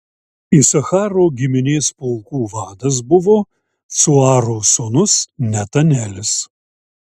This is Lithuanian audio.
isacharo giminės pulkų vadas buvo cuaro sūnus netanelis